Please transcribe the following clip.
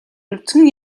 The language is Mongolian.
нүцгэн